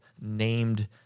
named